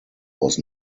was